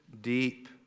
deep